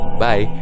bye